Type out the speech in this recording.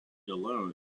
alone